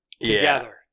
together